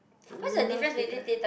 love teh tarik